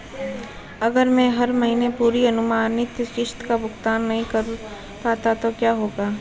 अगर मैं हर महीने पूरी अनुमानित किश्त का भुगतान नहीं कर पाता तो क्या होगा?